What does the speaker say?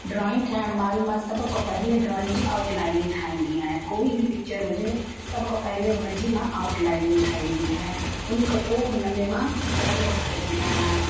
drawing ठाहिण महिल मां सभु खां पहले ड्रॉइंग जी आउटलाइनिंग ठाहींदी आहियां कोई बि पिक्चर हुजे सभु खां पहले हुनजी मां आउटलाइनिंग ठाहींदी आहियां हुन खां पोइ हुन में मां रंग भरंदी आहियां